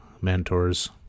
mentors